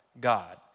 God